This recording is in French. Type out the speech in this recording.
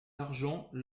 l’argent